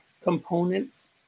components